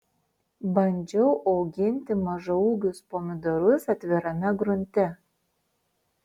bandžiau auginti mažaūgius pomidorus atvirame grunte